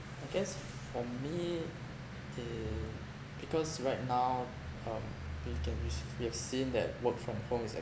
I guess for me eh because right now um we can which we have seen that work from home is